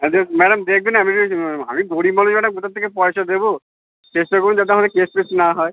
হ্যাঁ যে ম্যাডাম দেখবেন আমি আমি গরিব মানুষ ম্যাডাম কোথার থেকে পয়সা দেবো চেষ্টা করুন যাতে আমাদের কেস ফেস না হয়